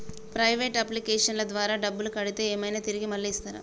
Private అప్లికేషన్ల ద్వారా డబ్బులు కడితే ఏమైనా తిరిగి మళ్ళీ ఇస్తరా?